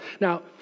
Now